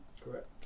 Correct